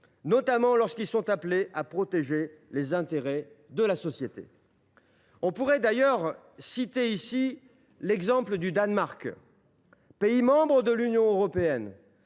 notamment lorsqu’ils sont appelés à protéger les intérêts de la société. On pourrait d’ailleurs citer ici l’exemple du Danemark, pays membre de l’Union européenne,